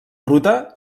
ruta